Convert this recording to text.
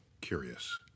curious